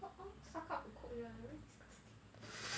all suck up to coach [one] leh very disgusting